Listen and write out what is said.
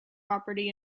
property